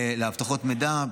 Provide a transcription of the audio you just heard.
באבטחות מידע.